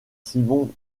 simon